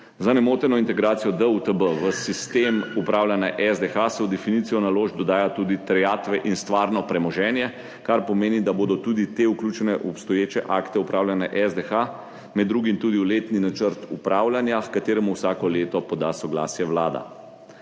Za nemoteno integracijo DUTB v sistem upravljanja SDH se v definicijo naložb dodaja tudi terjatve in stvarno premoženje, kar pomeni, da bodo tudi te vključene v obstoječe akte upravljanja SDH, med drugim tudi v letni načrt upravljanja, h kateremu vsako leto poda soglasje Vlada.